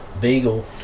Beagle